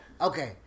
Okay